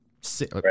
sit